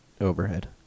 Overhead